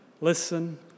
listen